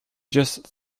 just